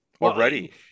already